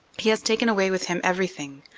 he has taken away with him everything.